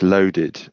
Loaded